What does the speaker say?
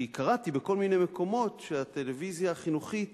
כי קראתי בכל מיני מקומות שהטלוויזיה החינוכית